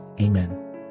Amen